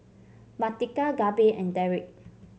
Martika Gabe and Derik